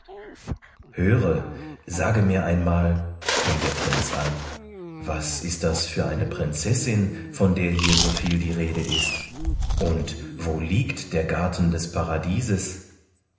höre sage mir einmal fing der prinz an was ist das für eine prinzessin von der hier soviel die rede ist und wo liegt der garten des paradieses